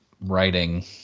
writing